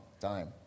time